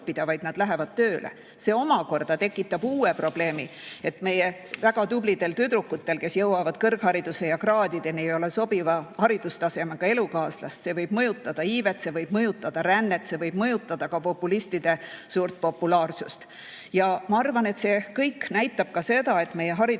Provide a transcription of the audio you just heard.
õppida, vaid nad lähevad tööle. See omakorda tekitab uue probleemi, et meie väga tublidel tüdrukutel, kes jõuavad kõrghariduse ja kraadideni, ei ole sobiva haridustasemega elukaaslast. See võib mõjutada iivet, see võib mõjutada rännet, see võib mõjutada ka populistide suurt populaarsust. Ja ma arvan, et see kõik näitab ka seda, et meie haridus ei